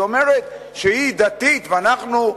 היא אומרת שהיא דתית ואנחנו,